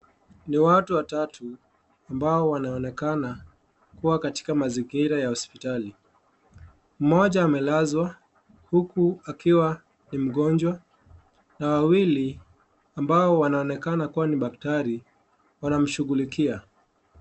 Ni watu watatu ambao wanaonekana kuwa katika mazingira ya hospitali mmoja amelazwa huku akiwa ni mgonjwa na wawili wanaoonekana kuwa ni madaktari wanamshughulikia.